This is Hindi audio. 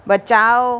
बचाओ